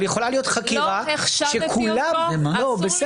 אבל יכולה להיות חקירה שכולה --- לא נחשב לפי אותו,